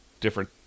different